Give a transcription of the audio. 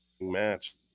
match